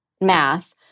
math